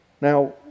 Now